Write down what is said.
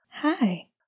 Hi